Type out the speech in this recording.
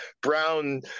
brown